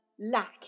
lack